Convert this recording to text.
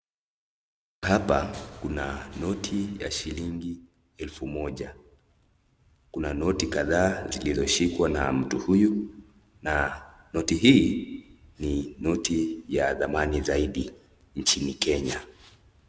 Hapa kuna noti ya shilingi elfu moja kuna noti kadhaa zilizoshikwa na mtu huyu, na noti hii ni noti ya dhamani zaidi nchini Kenya.